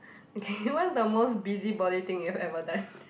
okay what is the most busybody thing you've ever done